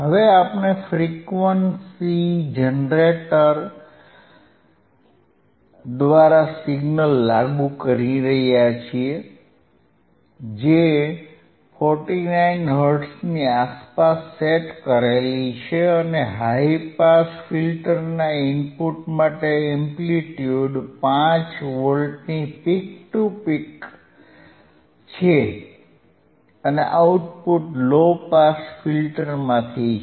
હવે આપણે frequency generator દ્વારા સિગ્નલ લાગુ કરી રહ્યા છીએ જે 49 હર્ટ્ઝની આસપાસ સેટ કર્યું છે અને હાઇ પાસ ફિલ્ટરના ઇનપુટ માટે એમ્પ્લિટ્યુડ 5 વોલ્ટની પીક ટુ પીક છે અને આઉટપુટ લો પાસ ફિલ્ટરમાંથી છે